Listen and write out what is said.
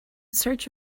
search